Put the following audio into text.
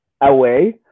Away